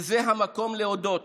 וזה המקום להודות